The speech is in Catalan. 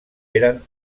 eren